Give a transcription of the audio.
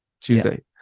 tuesday